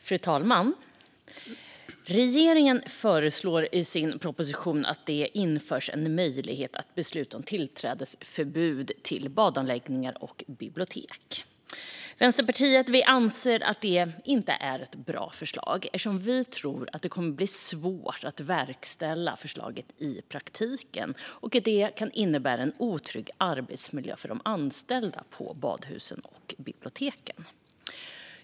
Fru talman! Regeringen föreslår i sin proposition att det införs en möjlighet att besluta om tillträdesförbud till badanläggningar och bibliotek. Vi i Vänsterpartiet anser att detta inte är ett bra förslag, eftersom vi tror att det kommer att bli svårt att verkställa förslaget i praktiken och att det kan innebära en otrygg arbetsmiljö för de anställda på badhusen och biblioteken.